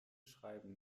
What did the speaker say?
schreiben